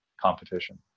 competition